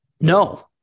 No